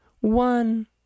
one